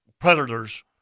predators